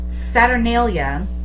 Saturnalia